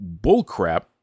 bullcrap